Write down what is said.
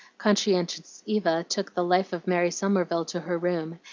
conscientious eva took the life of mary somerville to her room,